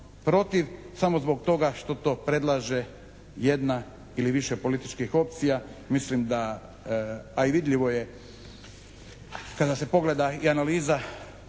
protiv samo zbog toga što to predlaže jedna ili više političkih opcija. Mislim da, pa i vidljivo je kada se pogleda i analiza